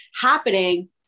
happening